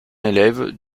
élève